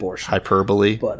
hyperbole